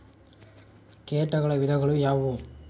ಕೇಟಗಳ ವಿಧಗಳು ಯಾವುವು?